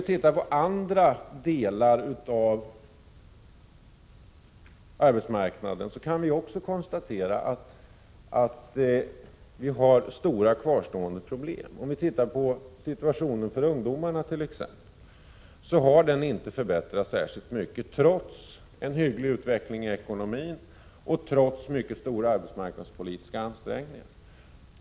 Tittar vi på andra delar av arbetsmarknaden kan vi också konstatera att vi har stora kvarstående problem. Situationen för ungdomarna t.ex. har inte förbättrats särskilt mycket, trots en hygglig utveckling i ekonomin och trots mycket stora arbetsmarknadspolitiska ansträngningar.